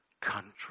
country